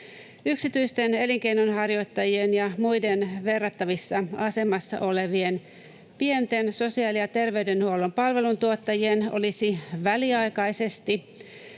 Yksityisten elinkeinonharjoittajien ja muiden verrattavassa asemassa olevien pienten sosiaali- ja terveydenhuollon palveluntuottajien olisi väliaikaisesti